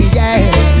yes